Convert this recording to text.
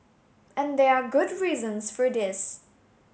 and there are good reasons for this